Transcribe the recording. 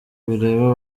bireba